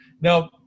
Now